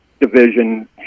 division